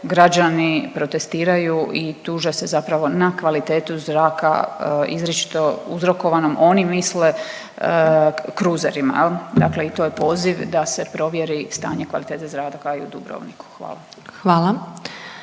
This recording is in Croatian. građani protestiraju i tuže se zapravo na kvalitetu zraka izričito uzrokovanom, oni misle kruzerima jel. Dakle i to je poziv da se provjeri stanje kvalitete zraka kao i u Dubrovniku. Hvala.